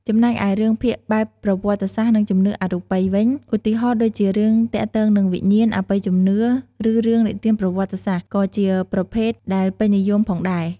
ចំណែកឯរឿងភាគបែបប្រវត្តិសាស្ត្រ និងជំនឿអរូបីវិញ ឧទាហរណ៍ដូចជារឿងទាក់ទងនឹងវិញ្ញាណ អបិយជំនឿ ឬរឿងនិទានប្រវត្តិសាស្ត្រ ក៏ជាប្រភេទដែលពេញនិយមផងដែរ។